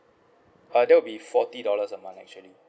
uh that will be forty dollars a month actually